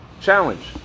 challenge